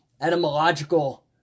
etymological